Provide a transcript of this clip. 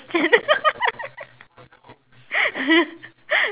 ~tion